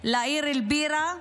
לעיר אל-בירה,